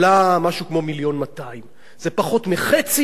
זה פחות מחצי מהמחיר של דירה ממוצעת בישראל.